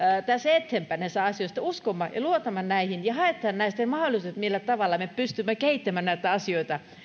eteenpäin näissä asioissa niin että uskomme ja luotamme näihin ja haemme näistä mahdollisuudet millä tavalla me pystymme kehittämään näitä asioita